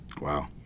Wow